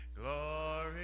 glory